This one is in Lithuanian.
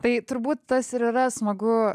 tai turbūt tas ir yra smagu